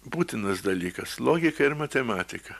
būtinas dalykas logika ir matematika